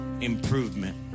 improvement